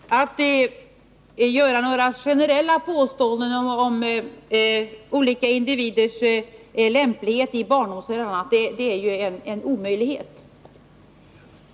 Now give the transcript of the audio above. Herr talman! Att göra några generella påståenden om olika individers lämplighet för arbete inom barnomsorgen är ju en omöjlighet.